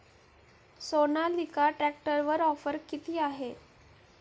सोनालिका ट्रॅक्टरवर ऑफर किती आहे?